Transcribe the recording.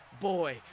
boy